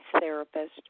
therapist